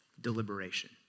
deliberation